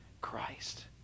Christ